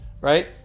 right